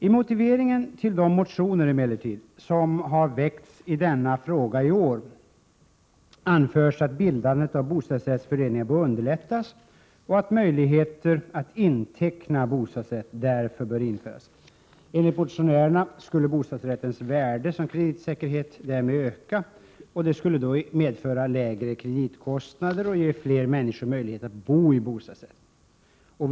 I motiveringen till en motion som har väckts i denna fråga i år framhålls emellertid att bildandet av bostadsrättsföreningar bör underlättas och att möjligheter att inteckna bostadsrätt därför bör införas. Enligt motionärerna skulle bostadsrättens värde som kreditsäkerhet därmed öka, och det skulle då medföra lägre kreditkostnader och ge fler människor möjlighet att bo i bostadsrätt.